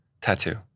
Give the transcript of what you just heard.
Tattoo